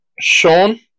Sean